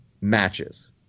matches